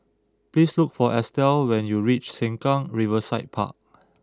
please look for Estel when you reach Sengkang Riverside Park